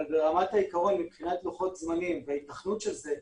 אבל ברמת העיקרון מבחינת לוחות זמנים וההיתכנות של זה,